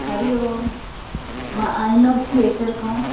हरिओम मां INOX theatre खां